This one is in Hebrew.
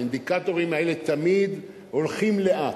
האינדיקטורים האלה תמיד הולכים לאט.